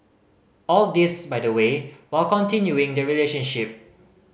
all this by the way while continuing the relationship